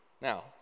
Now